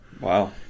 Wow